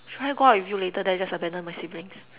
should I go out with you later then I just abandon my siblings